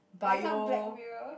like some blackmail